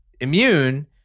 immune